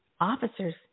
officers